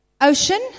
ocean